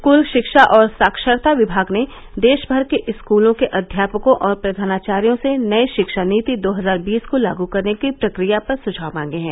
school शिक्षा और साक्षरता विमाग ने देशभर के स्कूलों के अध्यापकों और प्रधानाचार्यो से नई शिक्षा नीति दो हजार बीस को लागू करने की प्रक्रिया पर सुझाव मांगे हैं